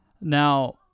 Now